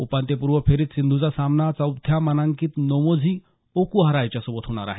उपांत्यपूर्व फेरीत सिंधूचा सामना चौथ्या मानांकित नोझोमी ओकुहारा हिच्यासोबत होणार आहे